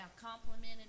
complimented